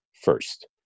first